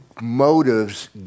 motives